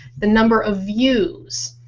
the number ah views,